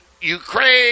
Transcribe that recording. Ukraine